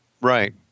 right